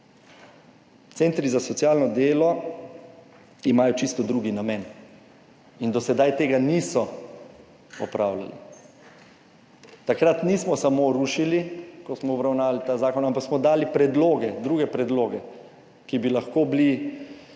Centri za socialno delo imajo čisto drugi namen in do sedaj tega niso opravljali. Takrat nismo samo rušili, ko smo obravnavali ta zakon, ampak smo dali predloge, druge predloge, ki bi lahko bili